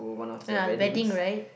ah wedding right